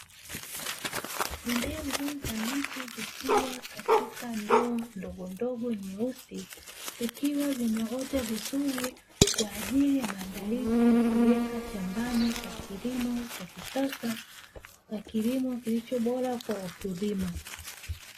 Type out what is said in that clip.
Mbegu za miche zikiwa katika ndoo ndogo ndogo nyeusi, zikiwa zimeota vizuri kwa ajili ya maandalizi ya kupeleka shambani kwa kilimo cha kisasa na kilimo kilicho bora kwa wakulima.